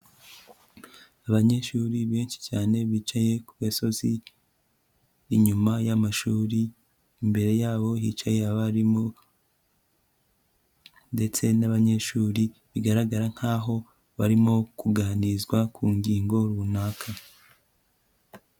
Abanyeshuri benshi cyane, bicaye ku gasozi inyuma y'amashuri, imbere yabo hicaye abarimu ndetse n'abanyeshuri, bigaragara nk'aho barimo kuganizwa ku ngingo runaka.